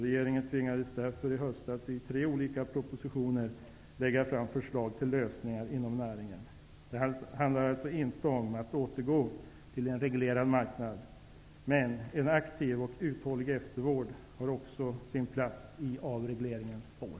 Regeringen tvingades därför i höstas att i tre olika propositioner lägga fram förslag till lösningar inom näringen. Det handlar inte om att återgå till en reglerad marknad, men en aktiv och uthållig eftervård har också sin plats i avregleringens spår.